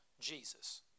Jesus